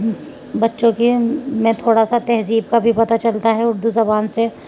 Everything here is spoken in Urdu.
بچوں کے میں تھوڑا سا تہذیب کا بھی پتہ چلتا ہے اردو زبان سے